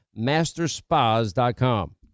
masterspas.com